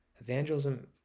evangelism